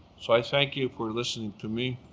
so i thank you for listening to me.